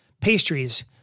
pastries